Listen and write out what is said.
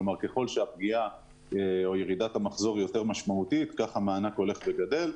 ככל שירידת המחזור משמעותית יותר כך גדל המענק.